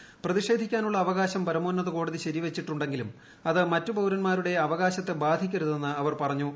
ചർച്ച പ്രതിഷേധിക്കാനുള്ള അവകാശം പരമോന്നത കോടതി ശരി വച്ചിട്ടുണ്ടെങ്കിലും അത് മറ്റ് പൌരന്മാരുടെ അവകാശത്തെ ബാധിക്കരുതെന്ന് അവർ പറഞ്ഞു